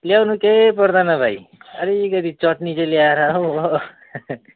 ल्याउनु केही पर्दैन भाइ अलिकति चटनी चाहिँ लिएर आऊ हो